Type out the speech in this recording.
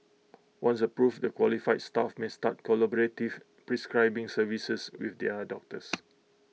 once approved the qualified staff may start collaborative prescribing services with the other doctors